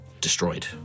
destroyed